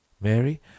Mary